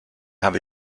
habe